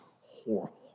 horrible